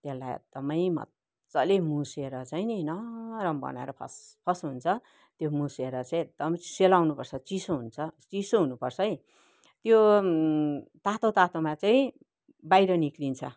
त्यसलाई एकदमै मज्जाले मुसेर चाहिँ नि नरम बनाएर फस् फस् हुन्छ त्यो मुसेर चाहिँ एकदम सेलाउनु पर्छ चिसो हुन्छ चिसो हुनुपर्छ है त्यो तातोतातोमा चाहिँ बाहिर निक्लिन्छ